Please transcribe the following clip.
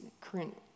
current